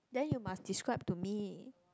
then you must describe to me